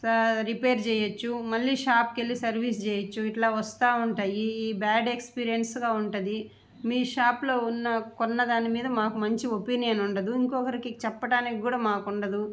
repair చేయొచ్చు మళ్ళీ షాప్కి వెళ్ళి సర్వీస్ చేయొచ్చు ఇట్లా వస్తూ ఉంటాయి ఈ బ్యాడ్ ఎక్స్పిరియన్సుగా ఉంటుంది మీ షాప్లో ఉన్న కొన్న దానిమీద మాకు మంచి ఒపీనియన్ ఉండదు ఇంకొకరికి చెప్పడానికి కూడా మాకు ఉండదు